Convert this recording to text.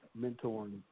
mentoring